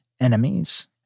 enemies